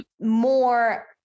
more